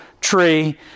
tree